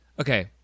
Okay